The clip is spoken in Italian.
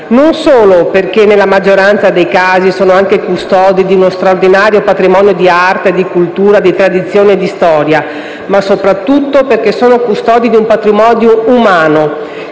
non solo perché nella maggioranza dei casi sono anche custodi di uno straordinario patrimonio di arte, di cultura, di tradizioni e di storia, ma soprattutto perché sono custodi di un patrimonio umano,